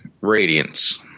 radiance